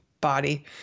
body